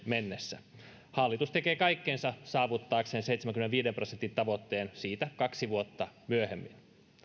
mennessä hallitus tekee kaikkensa saavuttaakseen seitsemänkymmenenviiden prosentin tavoitteen siitä kaksi vuotta myöhemmin